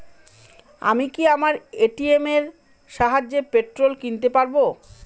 আমি কি আমার এ.টি.এম এর সাহায্যে পেট্রোল কিনতে পারব?